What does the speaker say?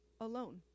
alone